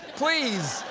please,